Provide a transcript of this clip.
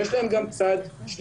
יש להם גם צד שלילי.